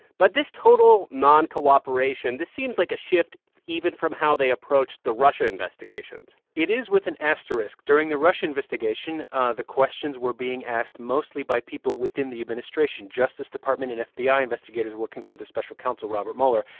but this total non-cooperation, this seems like a shift even from how they approached the russia investigations it is with an asterisk. during the russia investigation, ah the questions were being asked mostly by people within the administration justice department and fbi investigators working for the special counsel robert mueller.